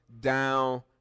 down